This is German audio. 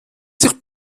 sich